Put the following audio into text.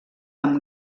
amb